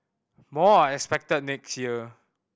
more are expected next year